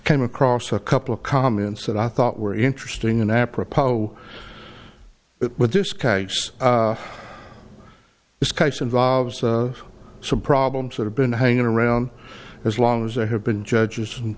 came across a couple of comments that i thought were interesting and apropos but with this case this case involves some problems that have been hanging around as long as there have been judges and